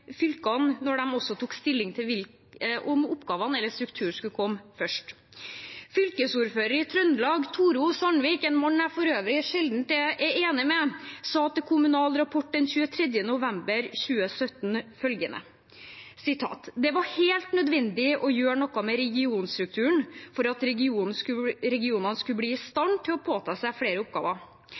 fylkene når de tok stilling til om oppgavene eller strukturen skulle komme først. Fylkesordfører i Trøndelag, Tore O. Sandvik, en mann jeg for øvrig sjelden er enig med, sa følgende til Kommunal Rapport den 23. november 2017: «Det var helt nødvendig å gjøre noe med regionstrukturen for at regionene skulle bli i stand til å påta seg flere oppgaver.